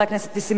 בבקשה.